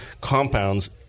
compounds